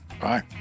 Bye